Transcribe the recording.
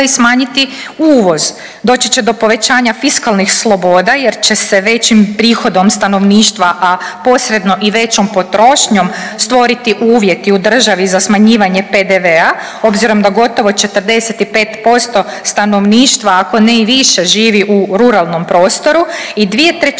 i smanjiti uvoz. Doći će do povećanja fiskalnih sloboda jer će se većim prihodom stanovništva, a posredno i većom potrošnjom stvoriti uvjeti u državi za smanjivanje PDV-a, obzirom da gotovo 45% stanovništva, ako ne i više živi u ruralnom prostoru i 2/3